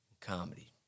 comedy